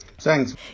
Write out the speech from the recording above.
Thanks